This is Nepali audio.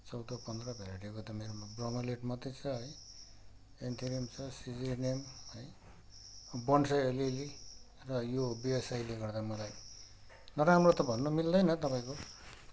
चौध पन्ध्र भेराइटीको त मेरोमा ब्रोमिलियड मात्रै छ है अन्थेरियम छ सिलिनम है बोनसाई अलिअलि र यो व्यवसायले गर्दा मलाई नराम्रो त भन्न मिल्दैन तपाईँको